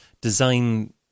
design